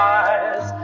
eyes